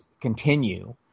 continue –